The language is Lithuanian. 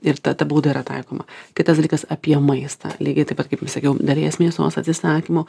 ir tada bauda yra taikoma kitas dalykas apie maistą lygiai taip pat kaip ir sakiau dalies mėsos atsisakymo